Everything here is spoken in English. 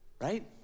right